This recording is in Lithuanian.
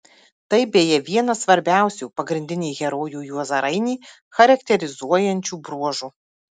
tai beje vienas svarbiausių pagrindinį herojų juozą rainį charakterizuojančių bruožų